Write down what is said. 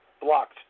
Blocked